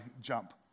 jump